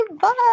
Bye